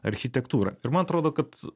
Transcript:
architektūrą ir man atrodo kad